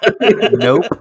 Nope